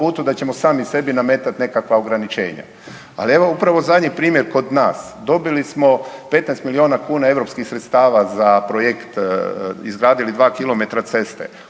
da ćemo sami sebi namatati neka ograničenja. Ali evo upravo zadnji primjer kod nas, dobili smo 15 milijuna kuna europskih sredstava za projekt izgradili 2 km ceste,